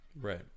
Right